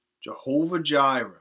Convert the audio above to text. Jehovah-Jireh